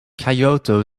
kyoto